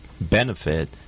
benefit